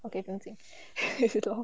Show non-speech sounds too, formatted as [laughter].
okay 不用紧 [laughs] lor